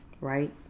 right